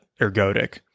ergodic